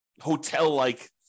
hotel-like